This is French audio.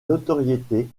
notoriété